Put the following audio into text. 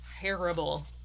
terrible